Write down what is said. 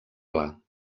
clar